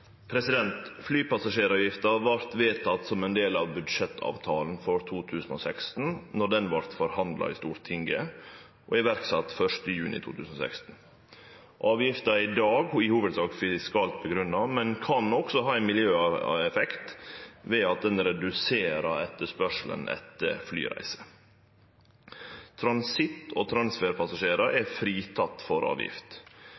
vart vedteken som ein del av budsjettavtalen for 2016 då han vart forhandla i Stortinget, og sett i verk 1. juni 2016. Avgifta er i dag i hovudsak fiskalt grunngjeven, men kan også ha ein miljøeffekt ved at ho reduserer etterspørselen etter flyreiser. Transitt- og transferpassasjerar